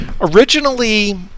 Originally